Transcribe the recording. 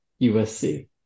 USC